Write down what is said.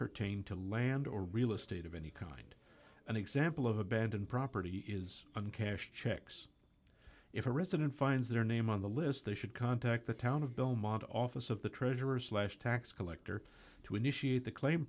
pertain to land or real estate of any kind an example of abandoned property is in cash checks if a resident finds their name on the list they should contact the town of belmont office of the treasurer's last tax collector to initiate the claim